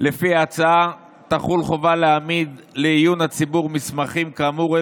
לפי ההצעה תחול חובה להעמיד לעיון הציבור מסמכים כאמור,